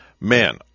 Man